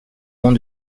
monde